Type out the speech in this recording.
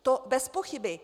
To bezpochyby.